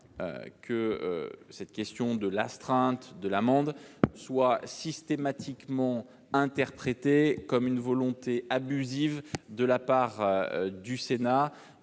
que la question de l'astreinte ou de l'amende soit systématiquement interprétée comme une volonté abusive de la part du Sénat